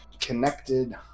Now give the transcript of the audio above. connected